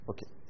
Okay